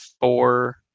four